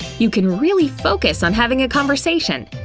you can really focus on having a conversation.